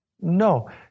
no